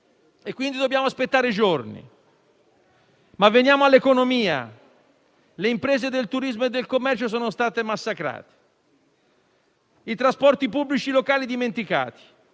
quindi bisogna aspettare i giorni. Passando all'economia, le imprese del turismo e del commercio sono state massacrate, i trasporti pubblici locali dimenticati.